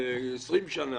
20 שנה,